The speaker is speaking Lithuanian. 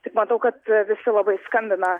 tik matau kad visi labai skambina